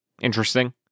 interesting